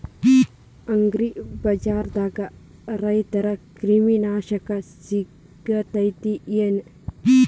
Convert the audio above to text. ಅಗ್ರಿಬಜಾರ್ದಾಗ ರೈತರ ಕ್ರಿಮಿ ನಾಶಕ ಸಿಗತೇತಿ ಏನ್?